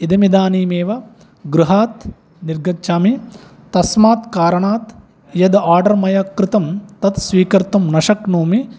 इदमिदानीमेव गृहात् निर्गच्छामि तस्मात् कारणात् यद् आर्डर् मया कृतं तत् स्वीकर्तुं न शक्नोमि